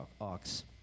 ox